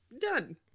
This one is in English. done